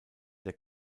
der